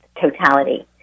totality